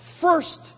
first